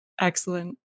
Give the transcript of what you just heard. Excellent